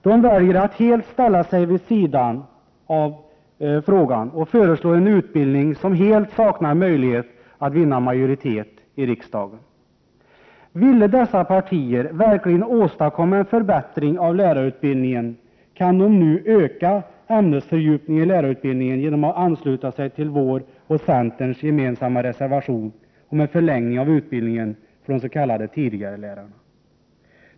De väljer att helt ställa sig vid sidan om, och det förslag till utbildning som de presenterar saknar helt möjlighet att vinna majoritet i riksdagen. Ville dessa partier verkligen åstadkomma en förbättring av lärarutbildningen, kunde de få till stånd en ökning av ämnesfördjupningen i lärarutbildningen genom att ansluta sig till vår och centerns gemensamma reservation om en förlängning av utbildningen för de s.k. tidigarelärarna.